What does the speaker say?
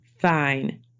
Fine